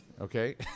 Okay